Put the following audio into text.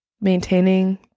maintaining